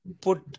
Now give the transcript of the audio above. put